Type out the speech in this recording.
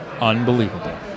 unbelievable